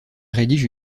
rédige